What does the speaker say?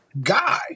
guy